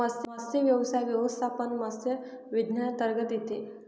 मत्स्यव्यवसाय व्यवस्थापन मत्स्य विज्ञानांतर्गत येते